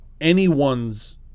anyone's